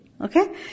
Okay